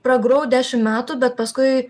pragrojau dešim metų bet paskui